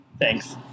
thanks